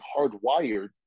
hardwired